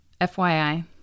FYI